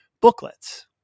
booklets